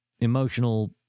emotional